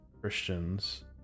Christians